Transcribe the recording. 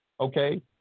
okay